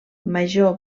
major